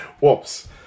Whoops